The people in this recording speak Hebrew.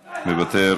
מוותר.